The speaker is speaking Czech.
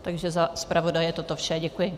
Takže za zpravodaje je toto vše, děkuji.